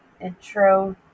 intro